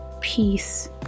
peace